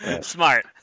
Smart